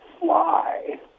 fly